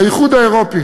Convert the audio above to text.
האיחוד האירופי